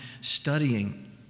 studying